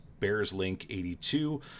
BearsLink82